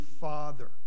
father